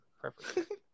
Perfect